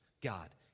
God